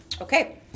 Okay